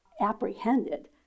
apprehended